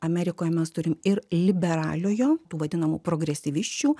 amerikoje mes turim ir liberaliojo tų vadinamų progresyvisčių